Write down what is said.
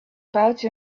pouch